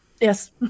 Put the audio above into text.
Yes